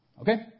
Okay